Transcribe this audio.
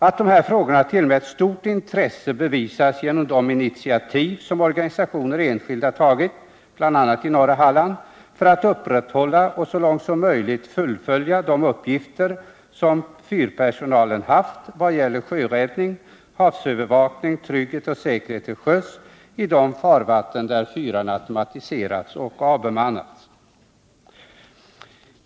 Att dessa frågor tillmäts stort intresse bevisas bl.a. genom de initiativ som organisationer och enskilda tagit i exempelvis norra Halland för att upprätthålla och så långt som möjligt fullfölja de uppgifter som fyrpersonalen haft vad gäller sjöräddning, havsövervakning, trygghet och säkerhet till sjöss i de farvatten där fyrarna automatiserats och avbemannats.